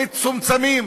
מצומצמים,